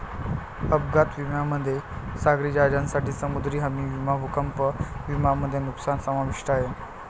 अपघात विम्यामध्ये सागरी जहाजांसाठी समुद्री हमी विमा भूकंप विमा मध्ये नुकसान समाविष्ट आहे